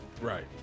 Right